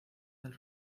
del